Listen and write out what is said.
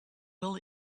will